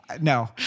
no